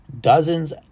Dozens